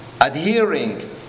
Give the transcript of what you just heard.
adhering